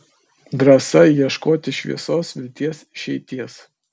drąsa ieškoti šviesos vilties išeities